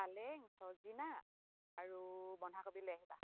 পালেং চজিনা আৰু বন্ধাকবি লৈ আহিবা